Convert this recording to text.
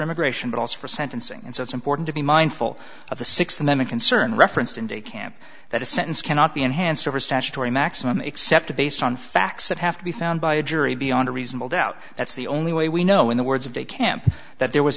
immigration but also for sentencing and so it's important to be mindful of the six and then the concern referenced in de camp that a sentence cannot be enhanced over statutory maximum except based on facts that have to be found by a jury beyond a reasonable doubt that's the only way we know in the words of a camp that there was